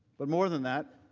but more than that,